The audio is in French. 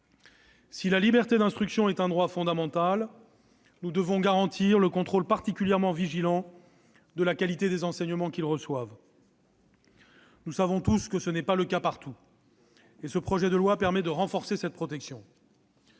Si la liberté d'instruction est un droit fondamental, nous devons avoir un contrôle particulièrement vigilant sur la qualité des enseignements qu'ils reçoivent. Nous savons tous que tel n'est pas le cas partout. Ce projet de loi permet donc de renforcer cette garantie.